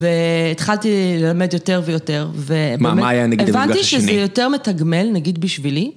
והתחלתי ללמד יותר ויותר. מה היה, נגיד, ברגע השני? הבנתי שזה יותר מתגמל, נגיד, בשבילי.